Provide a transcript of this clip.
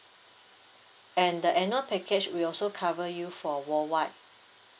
and the annual package will also cover you for worldwide